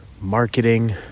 marketing